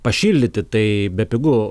pašildyti tai bepigu